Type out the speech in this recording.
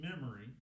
memory